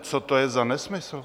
Co to je za nesmysl?